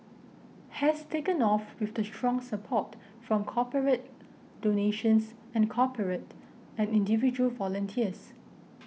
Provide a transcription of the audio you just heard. has taken off with the strong support from corporate donations and corporate and individual volunteers